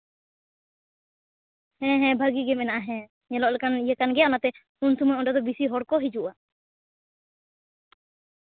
ᱦᱮᱸ ᱦᱮᱸ ᱵᱷᱟᱜᱮ ᱜᱮ ᱢᱮᱱᱟᱜᱼᱟ ᱦᱮᱸ ᱧᱮᱞᱚᱜ ᱞᱮᱠᱟᱱ ᱤᱭᱟᱹ ᱠᱟᱱ ᱜᱮᱭᱟ ᱚᱱᱟᱛᱮ ᱩᱱ ᱥᱚᱢᱚᱭ ᱚᱸᱰᱮ ᱫᱚ ᱵᱮᱥᱤ ᱦᱚᱲ ᱠᱚ ᱦᱤᱡᱩᱜᱼᱟ